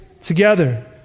together